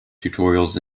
tutorials